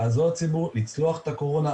לצלוח את הקורונה,